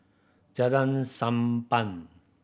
Jalan Sunppan